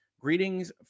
Greetings